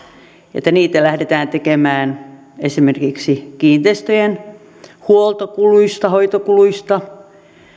että niitä lähdetään tekemään esimerkiksi kiinteistöjen huoltokuluista hoitokuluista